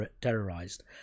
terrorized